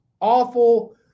awful